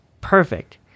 perfect